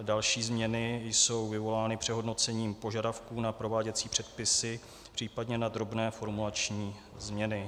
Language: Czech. Další změny jsou vyvolány přehodnocením požadavků na prováděcí předpisy, případně na drobné formulační změny.